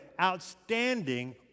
outstanding